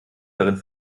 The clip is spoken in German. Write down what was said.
darin